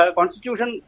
Constitution